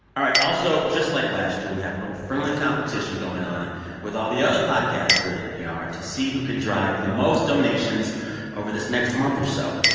all right. also, just like last year, we have a little friendly competition going on with all the other podcasts here at npr to see who can drive the most donations over this next month or so.